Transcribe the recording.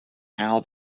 how